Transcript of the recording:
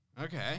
Okay